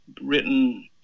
written